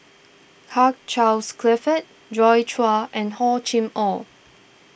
Hugh Charles Clifford Joi Chua and Hor Chim or